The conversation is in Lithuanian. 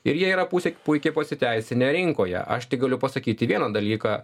ir jie yra pusė puikiai pasiteisinę rinkoje aš tegaliu pasakyti vieną dalyką